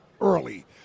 early